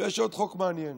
יש עוד חוק מעניין